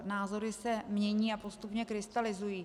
Názory se mění a postupně krystalizují.